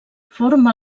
forma